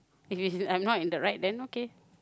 if is I'm not in the right then okay